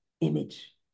image